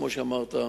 כמו שאמרת,